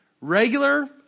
Regular